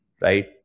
right